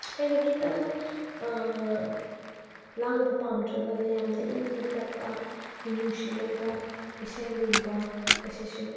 ꯑꯩꯅ ꯈꯤꯇꯪ ꯂꯥꯡꯕ ꯄꯥꯝꯗ꯭ꯔꯒꯅ ꯌꯥꯝꯅ ꯏꯪꯅ ꯇꯞꯄ ꯃꯤꯅꯨꯡꯁꯤ ꯂꯩꯕ ꯏꯁꯩꯒꯨꯝꯕ ꯑꯁꯤꯁꯨ